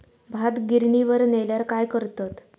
भात गिर्निवर नेल्यार काय करतत?